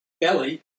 belly